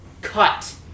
cut